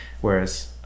Whereas